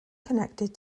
connected